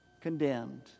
condemned